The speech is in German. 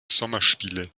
sommerspiele